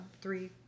three